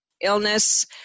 illness